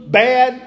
bad